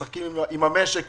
משחקים עם המשק כולו.